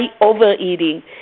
overeating